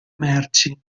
merci